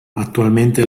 attualmente